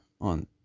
on